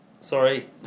Sorry